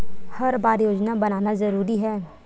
हर बार योजना बनाना जरूरी है?